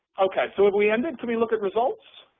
okay. so have we ended? can we look at results?